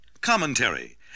commentary